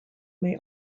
may